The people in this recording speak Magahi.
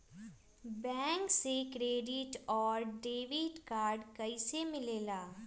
बैंक से क्रेडिट और डेबिट कार्ड कैसी मिलेला?